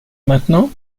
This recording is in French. maintenant